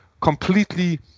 completely